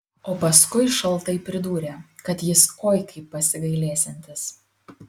o paskui šaltai pridūrė kad jis oi kaip pasigailėsiantis